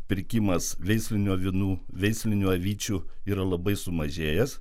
pirkimas veislinių avinų veislinių avyčių yra labai sumažėjęs